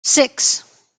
six